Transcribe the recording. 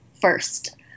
first